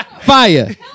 Fire